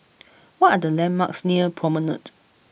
what are the landmarks near Promenade